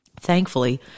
thankfully